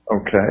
Okay